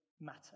matter